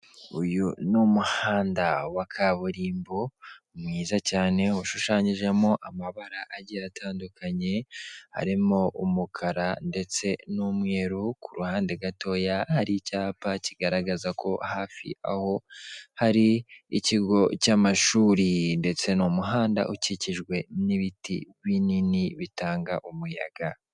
Uyu ni umuhanda wa kaburimbo mwiza cyane ushushanyijemo amabara atandukanye, harimo umukara ndetse n'umweru ku ruhande gatoya hari icyapa kigaragaza ko hafi aho hari ikigo cy'amashuri, ndetse n'umuhanda ukikijwe n'ibiti binini bitanga umuyaga.